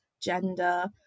gender